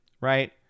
right